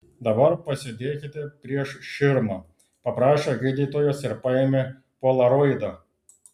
dabar pasėdėkite prieš širmą paprašė gydytojas ir paėmė polaroidą